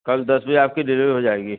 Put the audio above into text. کل دس بجے آپ کی ڈلیوری ہو جائے گی